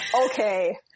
okay